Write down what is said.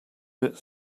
bit